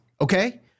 okay